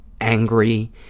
angry